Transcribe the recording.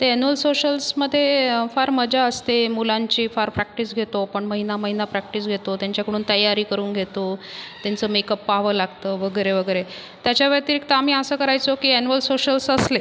ते अॅनुअल सोशल्समध्ये फार मजा असते मुलांची फार प्रॅक्टिस घेतो आपण महिना महिना प्रॅक्टिस घेतो त्यांच्याकडून तयारी करून घेतो त्यांचं मेक्अप पहावं लागतं वगैरे वगैरे त्याच्या व्यतिरिक्त आम्ही असं करायचो की अॅनुअल सोशल्स असले